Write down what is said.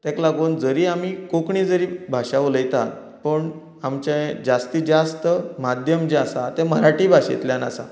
तेका लागून जरी आमी कोंकणी जरी भाशा उलयता पुण आमचे जास्ती जास्त माध्यम जें आसा तें मराठी भाशेंतल्यान आसा